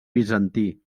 bizantí